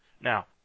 Now